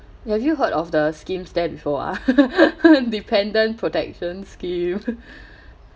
have you heard of the schemes there before ah dependent protection scheme